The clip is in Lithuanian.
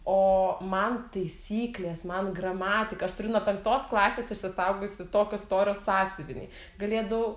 o man taisyklės man gramatika aš turiu nuo penktos klasės išsisaugojusi tokio storio sąsiuvinį galėdau